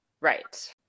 Right